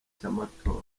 cy’amatora